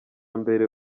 mbere